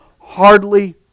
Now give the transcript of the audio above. hardly